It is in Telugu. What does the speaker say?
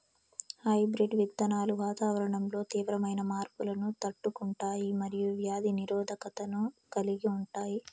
హైబ్రిడ్ విత్తనాలు వాతావరణంలో తీవ్రమైన మార్పులను తట్టుకుంటాయి మరియు వ్యాధి నిరోధకతను కలిగి ఉంటాయి